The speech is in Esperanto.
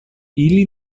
ili